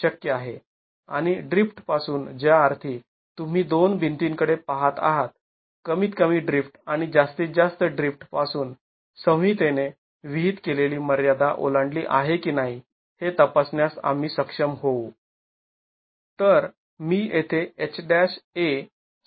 आणि ड्रिफ्ट पासून ज्याअर्थी तुम्ही दोन भितींकडे पहात आहात कमीत कमी ड्रिफ्ट आणि जास्तीत जास्त ड्रिफ्ट पासून संहितेने विहित केलेली मर्यादा ओलांडली आहे की नाही हे तपासण्यास आम्ही सक्षम होऊ